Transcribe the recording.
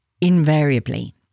invariably